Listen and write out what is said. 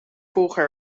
volgen